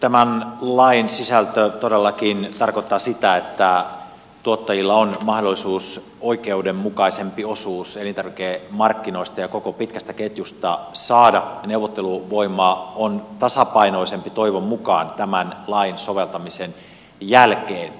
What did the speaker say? tämän lain sisältö todellakin tarkoittaa sitä että tuottajilla on oikeudenmukaisempi osuus elintarvikemarkkinoista ja koko pitkästä ketjusta ja mahdollisuus saada neuvotteluvoimaa on tasapainoisempi toivon mukaan tämän lain soveltamisen jälkeen